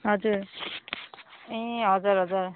हजुर ए हजुर हजुर